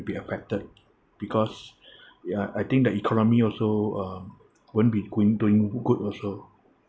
be affected because ya I think the economy also uh wouldn't be going doing good also